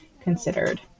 considered